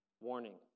Warning